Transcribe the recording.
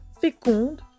féconde